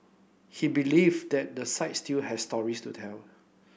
he believe that the site still have stories to tell